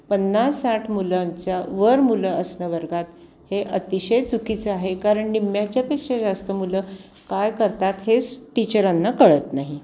पन्नास साठ मुलांच्या वर मुलं असणं वर्गात हे अतिशय चुकीचं आहे कारण निम्म्याच्यापेक्षा जास्त मुलं काय करतात हेच टीचरांना कळत नाही